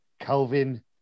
Calvin